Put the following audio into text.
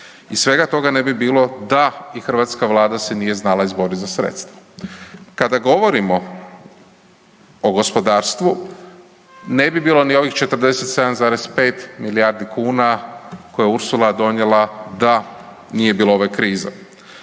i svega toga ne bi bilo da i hrvatska vlada se nije znala izborit za sredstva. Kada govorimo o gospodarstvu ne bi bilo ni ovih 47,5 milijardi kuna koje je Ursula donijela da nije bilo ove krize.